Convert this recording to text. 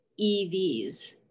EVs